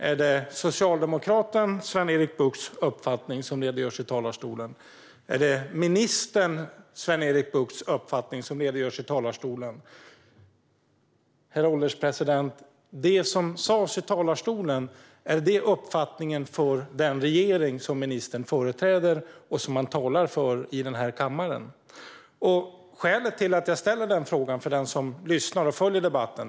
Är det socialdemokraten Sven-Erik Buchts uppfattning som det redogörs för i talarstolen? Är det ministern Sven-Erik Buchts uppfattning som det redogörs för i talarstolen? Herr ålderspresident! Är det som sas i talarstolen uppfattningen hos den regering som ministern företräder och som han talar för i den här kammaren? För den som lyssnar och följer debatten ska jag tala om skälet till att jag ställer frågan.